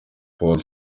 paul